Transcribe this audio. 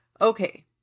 Okay